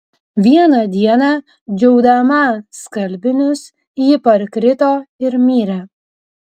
vieną dieną džiaudama skalbinius ji parkrito ir mirė